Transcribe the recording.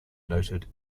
noted